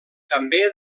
també